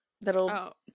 That'll